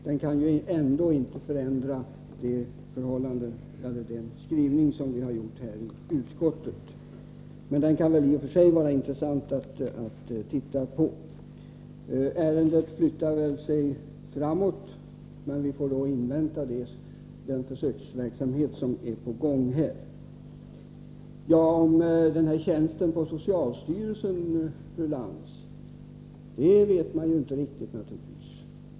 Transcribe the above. Men den kan inte förändra den skrivning som utskottet har gjort. Den kan i och för sig vara intressant att läsa. Ärendet flyttar väl sig framåt, men vi får invänta den försöksverksamhet som är på gång. När det gäller den tjänst på socialstyrelsen som fru Lantz åberopade vet man inte riktigt hur det går.